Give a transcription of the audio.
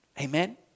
Amen